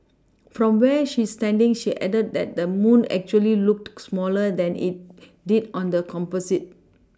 from where she's standing she added that the moon actually looked smaller than it did on the Composite